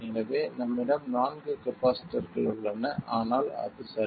எனவே நம்மிடம் நான்கு கப்பாசிட்டர்கள் உள்ளன ஆனால் அது சரி